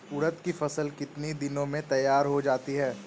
उड़द की फसल कितनी दिनों में तैयार हो जाती है?